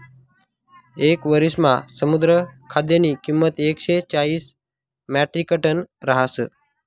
येक वरिसमा समुद्र खाद्यनी किंमत एकशे चाईस म्याट्रिकटन रहास